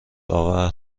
آور